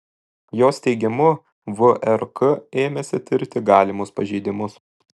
jos teigimu vrk ėmėsi tirti galimus pažeidimus